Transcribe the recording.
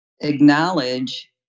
Acknowledge